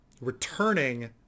returning